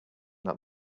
not